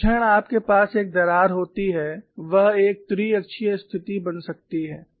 जिस क्षण आपके पास एक दरार होती है वह एक त्रिअक्षीय स्थिति बन सकती है